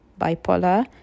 bipolar